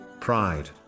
pride